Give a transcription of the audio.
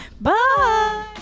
Bye